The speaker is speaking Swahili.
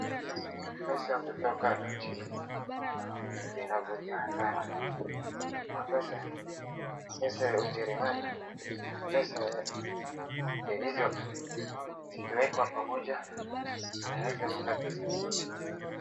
Pesa kutoka nchi zingine zinavutia sana, ukiwa na pesa hii, pesa ya ujerumani, pesa ya hizo zikiwekwa pamoja inaweza unda pesa nyingi.